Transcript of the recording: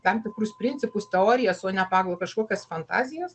tam tikrus principus teorijas o ne pagal kažkokias fantazijas